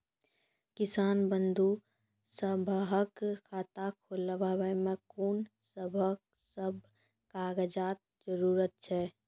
किसान बंधु सभहक खाता खोलाबै मे कून सभ कागजक जरूरत छै?